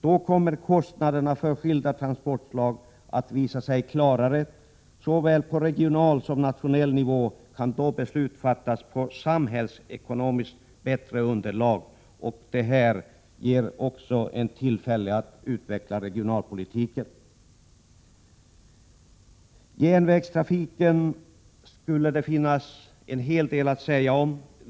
Då kommer kostnaderna för skilda transportslag att visa sig klarare. Såväl på regional som på nationell nivå kan då beslut fattas på samhällsekonomiskt bättre underlag. Det ger också ett tillfälle att utveckla regionalpolitiken. Om järnvägstrafiken skulle det finnas en hel del att säga.